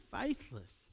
faithless